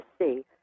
see